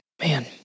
Man